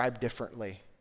differently